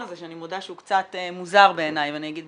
הזה שאני מודה שהוא קצת מוזר בעיניי ואני אגיד,